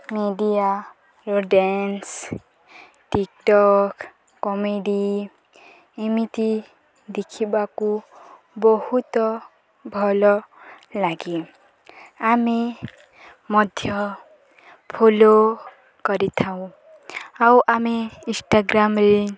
ମିଡ଼ିଆର dance TikTok comedy ଏମିତି ଦେଖିବାକୁ ବହୁତ ଭଲଲାଗେ ଆମେ ମଧ୍ୟ ଫଲୋ କରିଥାଉଁ ଆଉ ଆମେ ଇନ୍ଷ୍ଟଗ୍ରାମ୍ରେ